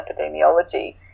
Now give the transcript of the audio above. epidemiology